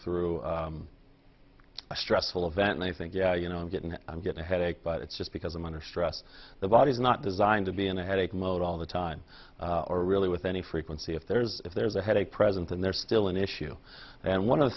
through a stressful event may think you know i'm getting i'm getting a headache but it's just because i'm under stress the body is not designed to be in a headache mode all the time or really with any frequency if there's if there's a headache present and there's still an issue and one of the